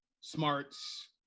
smarts